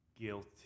Guilty